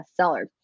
bestseller